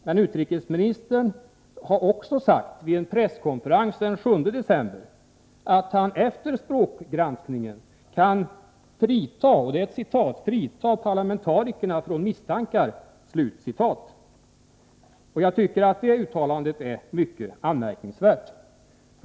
Men utrikesministern har också, vid en presskonferens den 7 december, sagt att han efter språkgranskningen kan ”frita parlamentarikerna från misstankar”. Det uttalandet är mycket anmärkningsvärt.